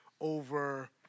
over